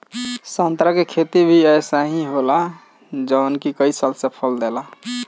संतरा के खेती भी अइसे ही होला जवन के कई साल से फल देला